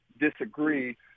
disagree